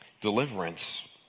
Deliverance